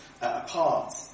apart